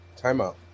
timeout